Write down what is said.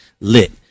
lit